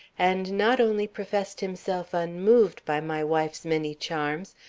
and not only professed himself unmoved by my wife's many charms,